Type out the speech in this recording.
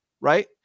right